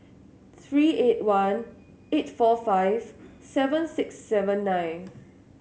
three eight one eight four five seven six seven nine